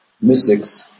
mystics